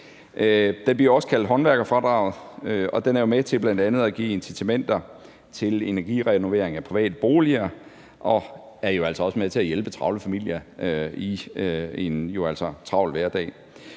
Den bliver også kaldt håndværkerfradraget, og den er jo bl.a. med til at give incitamenter til energirenovering af private boliger og er altså også med til at hjælpe travle familier i en travl hverdag.